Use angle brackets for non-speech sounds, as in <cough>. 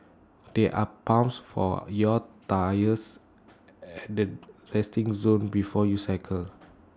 there are pumps for your tyres <noise> at the resting zone before you cycle